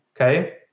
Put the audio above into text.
okay